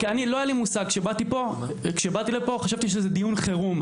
כשבאתי לפה חשבתי שזה דיון חירום,